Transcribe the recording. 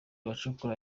abacukura